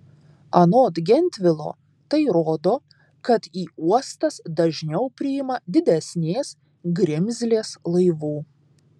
anot gentvilo tai rodo kad į uostas dažniau priima didesnės grimzlės laivų